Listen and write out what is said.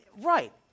right